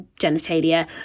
genitalia